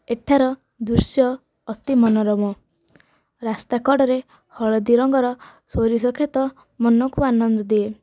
ଏଠାର ଦୃଶ୍ୟ ଅତି ମନୋରମ ରାସ୍ତାକଡ଼ରେ ହଳଦୀ ରଙ୍ଗର ସୋରିଷ କ୍ଷେତ ମନକୁ ଆନନ୍ଦ ଦିଏ